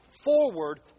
forward